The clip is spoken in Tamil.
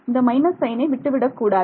இந்த மைனஸ் சைனை விட்டுவிடக்கூடாது